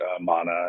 Mana